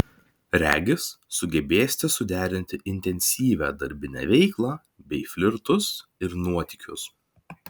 regis sugebėsite suderinti intensyvią darbinę veiklą bei flirtus ir nuotykius